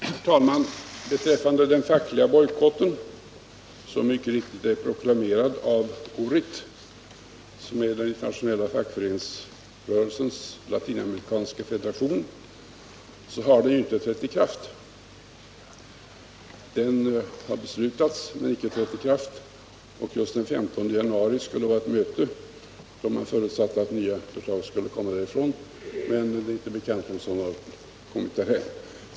Herr talman! Beträffande den fackliga bojkotten, vilken mycket riktigt är proklamerad av ORIT som är den internationella fackföreningsrörelsens latinamerikanska federation, är att säga att den inte har trätt i kraft. Den har beslutats men ännu inte trätt i kraft. Den 15 januari skulle det vara ett möte, och man förutsatte att det då skulle komma nya förslag. Men det är inte bekant om några sådana har lagts fram.